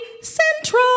Central